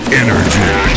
energy